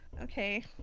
Okay